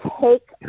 take